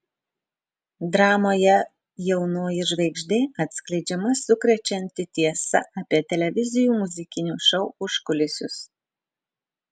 dramoje jaunoji žvaigždė atskleidžiama sukrečianti tiesa apie televizijų muzikinių šou užkulisius